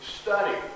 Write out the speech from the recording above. study